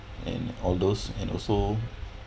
and all those and also